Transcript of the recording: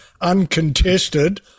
uncontested